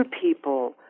people